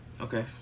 Okay